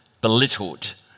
belittled